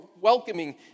welcoming